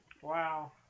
Wow